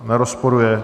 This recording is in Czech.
Nerozporuje.